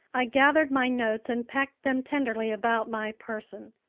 i gathered my notes and packed them tenderly about my person.